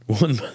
one